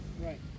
right